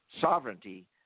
sovereignty